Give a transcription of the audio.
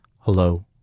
Hello